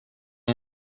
上述